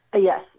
Yes